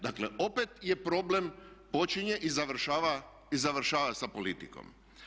Dakle, opet je problem počinje i završava sa politikom.